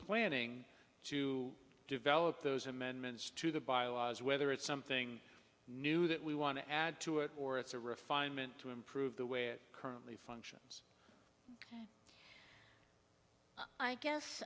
planning to develop those amendments to the bylaws whether it's something new that we want to add to it or it's a refinement to improve the way it currently function i guess